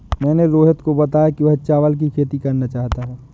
मैंने रोहित को बताया कि वह चावल की खेती करना चाहता है